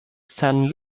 saint